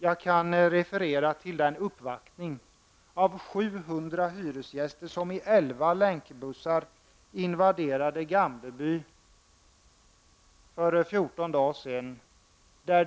Jag kan referera till den uppvaktning av Gamleby för 14 dagar sedan.